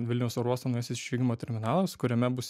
vilniaus oro uosto naujasis išvykimo terminalas kuriame bus